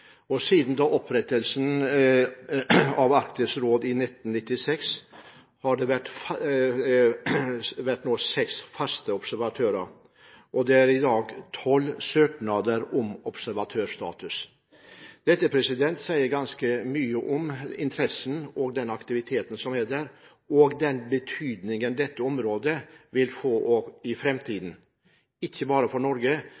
og at det siden opprettelsen av Arktisk råd i 1996 har vært seks faste observatører. Det er i dag tolv søknader om observatørstatus. Dette sier ganske mye om interessen og aktiviteten her, og om hvilken betydning dette området vil få i framtiden, ikke bare for Norge,